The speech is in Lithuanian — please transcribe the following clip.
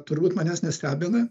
turbūt manęs nestebina